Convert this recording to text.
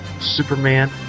superman